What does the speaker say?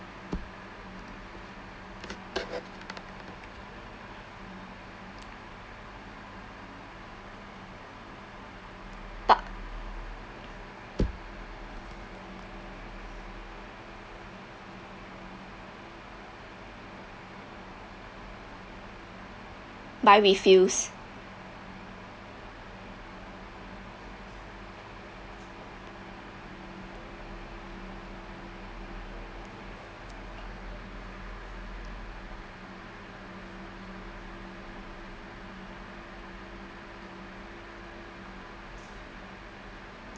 but buy refills